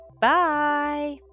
Bye